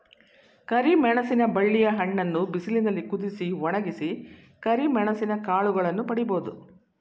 ಕರಿಮೆಣಸಿನ ಬಳ್ಳಿಯ ಹಣ್ಣನ್ನು ಬಿಸಿಲಿನಲ್ಲಿ ಕುದಿಸಿ, ಒಣಗಿಸಿ ಕರಿಮೆಣಸಿನ ಕಾಳುಗಳನ್ನು ಪಡಿಬೋದು